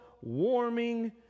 warming